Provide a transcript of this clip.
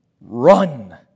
Run